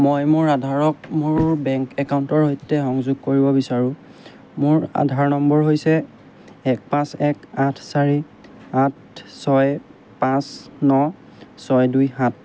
মই মোৰ আধাৰক মোৰ বেংক একাউণ্টৰ সৈতে সংযোগ কৰিব বিচাৰো মোৰ আধাৰ নম্বৰ হৈছে এক পাঁচ এক আঠ চাৰি আঠ ছয় পাঁচ ন ছয় দুই সাত